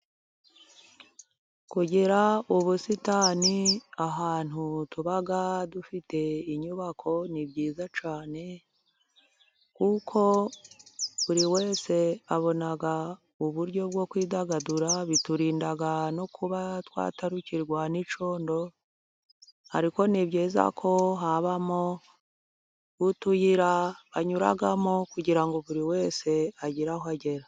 Kugira ubusitani ahantu tuba dufite inyubako ni byiza cyane, kuko buri wese abona uburyo bwo kwidagadura. Biturinda no kuba twatarukirwa n'icyondo, ariko ni byiza ko habamo utuyira banyuramo, kugira ngo buri wese agire aho agera.